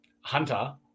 Hunter